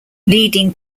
leading